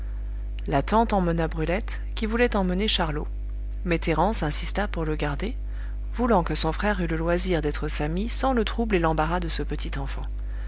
la tante emmena brulette qui voulait emmener charlot mais thérence insista pour le garder voulant que son frère eût le loisir d'être avec sa mie sans le trouble et l'embarras de ce petit enfant